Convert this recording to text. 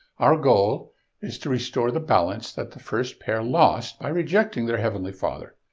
our goal is to restore the balance that the first pair lost by rejecting their heavenly father.